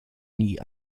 nie